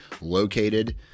located